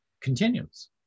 continues